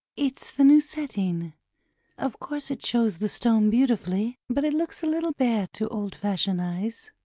it's the new setting of course it shows the stone beautifully, but it looks a little bare to old-fashioned eyes,